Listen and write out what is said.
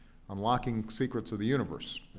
unlocking secrets of the universe.